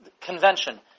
convention